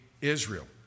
Israel